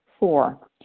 Four